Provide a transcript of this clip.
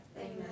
Amen